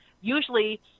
usually